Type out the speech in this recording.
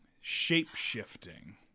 shape-shifting